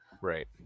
right